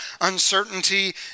uncertainty